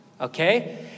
okay